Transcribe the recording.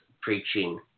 preaching